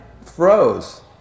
froze